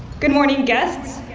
good morning, guests,